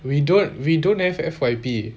we don't we don't have F_Y_P